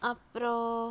அப்புறோம்